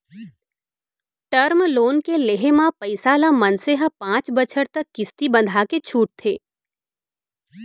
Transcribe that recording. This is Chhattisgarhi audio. टर्म लोन के लेहे म पइसा ल मनसे ह पांच बछर तक किस्ती बंधाके छूटथे